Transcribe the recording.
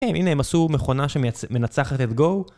הנה הם עשו מכונה שמנצחת את גו